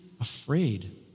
afraid